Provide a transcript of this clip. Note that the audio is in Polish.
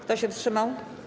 Kto się wstrzymał?